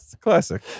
classic